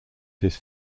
his